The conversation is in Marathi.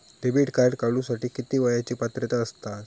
डेबिट कार्ड काढूसाठी किती वयाची पात्रता असतात?